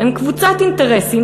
הם קבוצת אינטרסים,